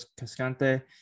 cascante